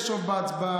יש רוב בהצבעה,